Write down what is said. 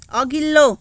अघिल्लो